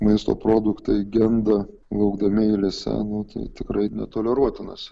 maisto produktai genda laukdami eilėse nu tai tikrai netoleruotinas